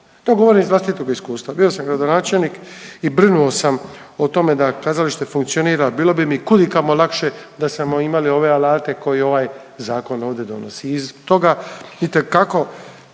To govorim iz vlastitog iskustva, bio sam gradonačelnik i brinuo sam o tome da kazalište funkcionira, bilo bi mi kudikamo lakše da smo imali ove alate koje ovaj zakon ovdje donosi i stoga itekako